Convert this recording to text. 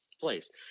place